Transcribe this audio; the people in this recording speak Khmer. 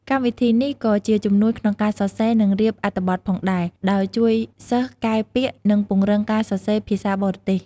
កម្មវិធីនេះក៏ជាជំនួយក្នុងការសរសេរ និងរៀបអត្ថបទផងដែរ ដោយជួយសិស្សកែពាក្យ និងពង្រឹងការសរសេរភាសាបរទេស។